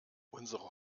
unsere